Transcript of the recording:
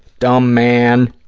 dumb man.